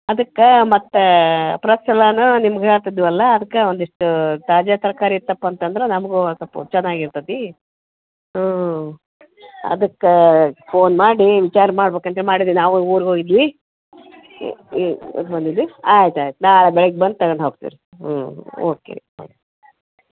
ಅದಕ್ಕೆ ಮತ್ತು ಪ್ರತಿಸಲವೂ ನಿಮ್ಗೆ ಹೇಳ್ತಿದ್ದೆವಲ್ಲ ಅದಕ್ಕೆ ಒಂದಿಷ್ಟೂ ತಾಜಾ ತರಕಾರಿ ಇತ್ತಪ್ಪ ಅಂತಂದ್ರೆ ನಮಗೂ ಒಂದು ಸ್ವಲ್ಪ ಚೆನ್ನಾಗಿರ್ತತಿ ಹ್ಞೂ ಅದಕ್ಕೆ ಫೋನ್ ಮಾಡಿ ವಿಚಾರ ಮಾಡ್ಬೇಕಂತ್ಹೇಳಿ ಮಾಡಿದೀನಿ ನಾವೂ ಊರಿಗೋಗಿದ್ವಿ ಈ ಈ ಬಂದಿದ್ವಿ ಆಯ್ತು ಆಯ್ತು ನಾಳೆ ಬೆಳಗ್ಗೆ ಬಂದು ತಗೊಂಡು ಹೋಗ್ತೀರಿ ಹ್ಞೂ ಓಕೆ ರೀ ಓಕ್